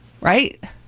Right